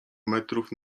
metrów